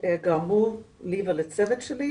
גרם לי ולצוות שלי,